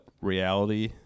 reality